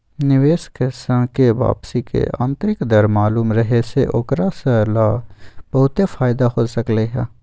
निवेशक स के वापसी के आंतरिक दर मालूम रहे से ओकरा स ला बहुते फाएदा हो सकलई ह